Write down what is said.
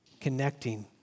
connecting